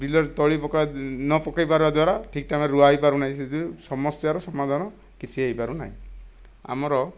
ବିଲରେ ତଳି ନପକାଇବାର ଦ୍ଵାରା ଠିକ୍ ଟାଇମ୍ରେ ରୁଆ ହୋଇପାରୁନାହିଁ ସେଥିପାଇଁ ସମସ୍ୟାର ସମାଧାନ କିଛି ହୋଇପାରୁନାହିଁ ଆମର